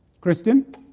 Christian